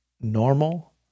normal